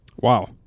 Wow